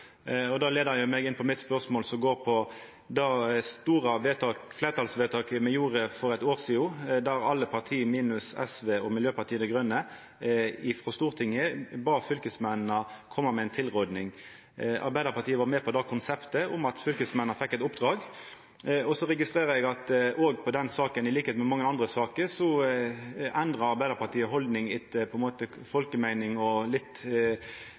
meg inn på spørsmålet mitt, som går på det store fleirtalsvedtaket me gjorde for eitt år sidan, der alle partia på Stortinget, minus SV og Miljøpartiet Dei Grøne, bad fylkesmennene koma med ei tilråding. Arbeidarpartiet var med på det konseptet om at fylkesmennene fekk eit oppdrag. Så registrerer eg at òg i den saka, til liks med i mange andre saker, endrar Arbeidarpartiet haldning litt etter